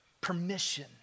permission